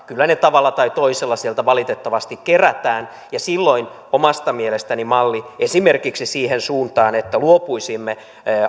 kyllä ne tavalla tai toisella sieltä valitettavasti kerätään silloin omasta mielestäni mallilla esimerkiksi siihen suuntaan että luopuisimme